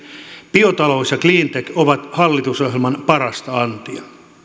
biotalous ja cleantech ovat hallitusohjelman parasta antia